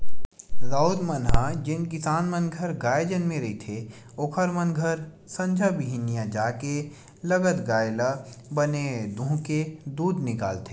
राउत मन ह जेन किसान मन घर गाय जनमे रहिथे ओखर मन घर संझा बिहनियां जाके लगत गाय ल बने दूहूँके दूद निकालथे